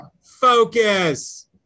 focus